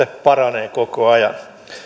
paranee koko ajan